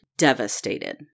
devastated